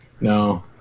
No